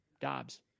Dobbs